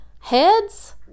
Heads